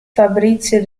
fabrizio